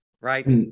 Right